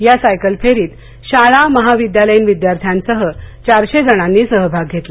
या सायकल फेरीत शाळा महाविद्यालयीन विद्यार्थ्यांसह चारशे जणांनी सहभाग घेतला